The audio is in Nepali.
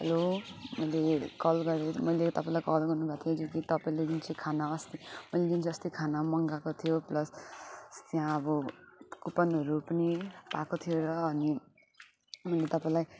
हेलो मैले कल गरेर मैले तपाईँलाई कल गर्नु भएको थियो जो कि तपाईँले जुन चाहिँ खाना अस्ति मैले जुन चाहिँ अस्ति खाना मगाएको थियो प्लस त्यहाँ अब कुपनहरू पनि पाएको थियो र अनि मैले तपाईँलाई